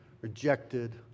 rejected